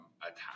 attack